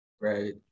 right